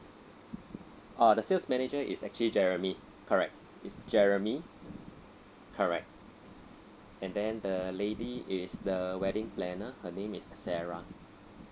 uh the sales manager is actually jeremy correct it's jeremy correct and then the lady is the wedding planner her name is sarah